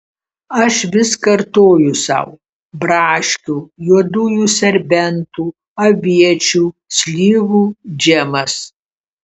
aš vis kartoju sau braškių juodųjų serbentų aviečių slyvų džemas